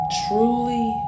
truly